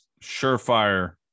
surefire